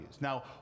Now